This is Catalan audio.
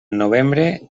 novembre